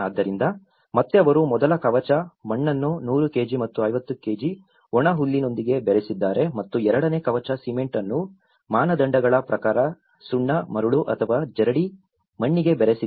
ಆದ್ದರಿಂದ ಮತ್ತೆ ಅವರು ಮೊದಲ ಕವಚ ಮಣ್ಣನ್ನು 100 ಕೆಜಿ ಮತ್ತು 50 ಕೆಜಿ ಒಣಹುಲ್ಲಿನೊಂದಿಗೆ ಬೆರೆಸಿದ್ದಾರೆ ಮತ್ತು ಎರಡನೇ ಕವಚ ಸಿಮೆಂಟ್ ಅನ್ನು ಮಾನದಂಡಗಳ ಪ್ರಕಾರ ಸುಣ್ಣ ಮರಳು ಅಥವಾ ಜರಡಿ ಮಣ್ಣಿಗೆ ಬೆರೆಸಿದ್ದಾರೆ